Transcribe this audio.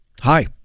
hi